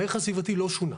הערך הסביבתי לא שונה.